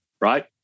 right